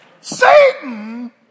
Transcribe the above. Satan